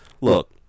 look